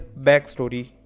backstory